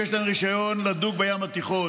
שיש להן רישיון לדוג בים התיכון.